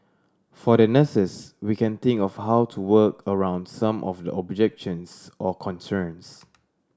for the nurses we can think of how to work around some of the objections or concerns